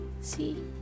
see